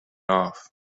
off